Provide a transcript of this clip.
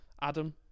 Adam